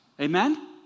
Amen